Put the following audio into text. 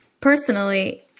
personally